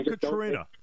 Katrina